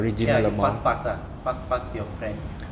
okay ah you pass pass ah pass pass to your friends